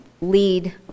lead